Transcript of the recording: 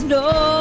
no